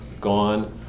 gone